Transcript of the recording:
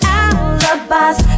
alibis